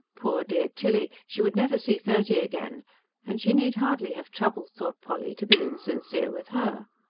poor dear tilly! she would never see thirty again and she need hardly have troubled, thought polly, to be insincere with her.